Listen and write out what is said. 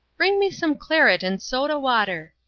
bring me some claret and soda-water!